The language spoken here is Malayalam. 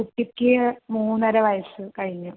കുട്ടിക്ക് മൂന്നര വയസ്സ് കഴിഞ്ഞു